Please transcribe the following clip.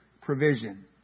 provision